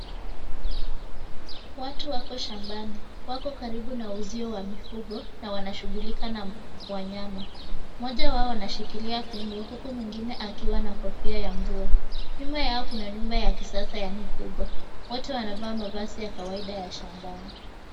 Watu wako shambani. Wako karibu na uzi wa mifugo na wanashughulika na wanyama. Mmoja wao wanashikilia fimbo huku mwingine akiwa na kofia ya mvua. Nyuma yao kuna nyumba ya kisasa ya mifugo. Wote wanavaa mavazi ya kawaida ya shambani.